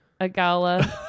Agala